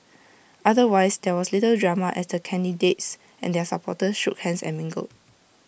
otherwise there was little drama as the candidates and their supporters shook hands and mingled